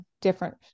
different